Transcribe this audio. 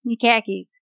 Khakis